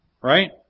right